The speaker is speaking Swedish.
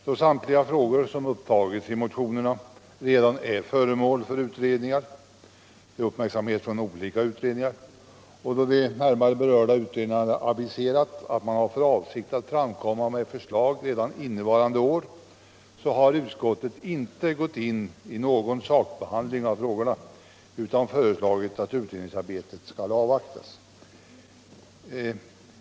Då samtliga frågor som har tagits upp i motionerna redan är föremål för uppmärksamhet i olika utredningar och då dessa har aviserat att de ämnar lägga fram förslag redan innevarande år har utskottet inte gått in på någon sakbehandling av frågorna utan föreslagit att utredningsarbetet skall avvaktas.